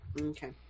Okay